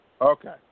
Okay